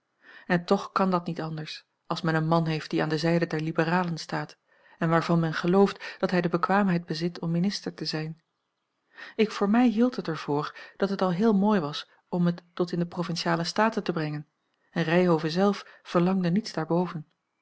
en toch kan dat niet anders als men een man heeft die aan de zijde der liberalen staat en waarvan men gelooft dat hij de bekwaamheid bezit om minister te zijn ik voor mij hield het er voor dat het al heel mooi was om het tot in de provinciale staten te brengen en ryhove zelf verlangde niets daarboven